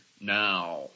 now